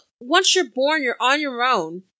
once-you're-born-you're-on-your-own